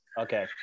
Okay